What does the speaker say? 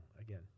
again